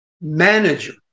manager